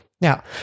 Now